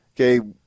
okay